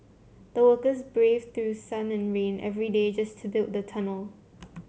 the workers braved through sun and rain every day just to build the tunnel